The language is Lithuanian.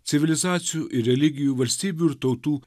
civilizacijų ir religijų valstybių ir tautų